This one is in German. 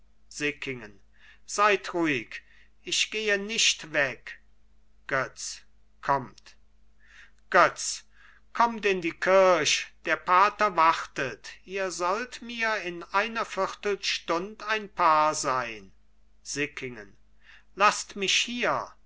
sickingen seid ruhig ich gehe nicht weg götz kommt götz kommt in die kirch der pater wartet ihr sollt mir in einer viertelstund ein paar sein sickingen laßt mich hier